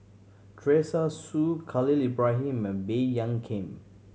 Teresa Hsu Khalil Ibrahim and Baey Yam Keng